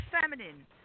feminine